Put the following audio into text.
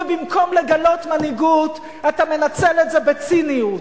ובמקום לגלות מנהיגות אתה מנצל את זה בציניות,